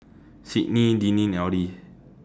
Sydnee Deneen and Audie